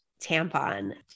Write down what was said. tampon